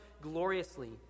gloriously